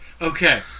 Okay